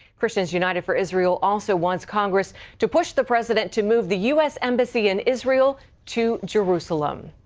christians united for israel also wants congress to push the president to move the u s. embassy in israel to jerusalem.